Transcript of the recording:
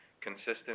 consistent